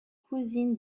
cousine